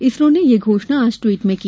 इसरो ने यह घोषणा आज ट्वीट में की